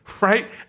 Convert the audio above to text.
Right